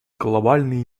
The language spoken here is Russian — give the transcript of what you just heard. глобальный